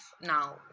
now